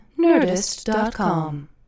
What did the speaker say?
Nerdist.com